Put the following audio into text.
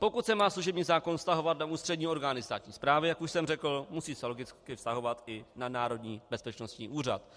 Pokud se má služební zákon vztahovat na ústřední orgány státní správy, jak už jsem řekl, musí se logicky vztahovat i na Národní bezpečnostní úřad.